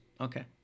okay